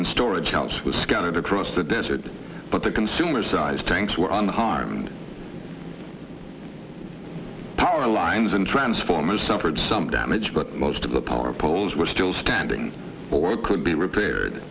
and storage house was scattered across the desert but the consumer sized tanks were on high and power lines and transformers suffered some damage but most of the power poles were still standing or could be repaired